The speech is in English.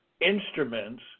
instruments